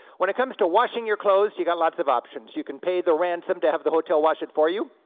when it comes to washing your clothes, you got lots of options. you can pay the ransom to have the hotel wash it for you,